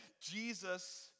Jesus